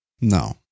No